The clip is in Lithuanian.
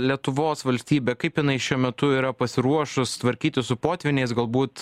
lietuvos valstybė kaip jinai šiuo metu yra pasiruošus tvarkytis su potvyniais galbūt